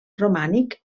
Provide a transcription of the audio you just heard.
romànic